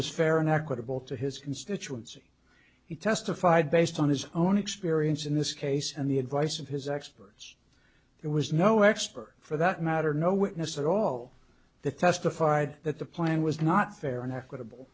was fair and equitable to his constituency he testified based on his own experience in this case and the advice of his experts there was no expert for that matter no witness at all that testified that the plan was not fair and equitable